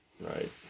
Right